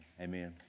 amen